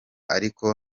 ariko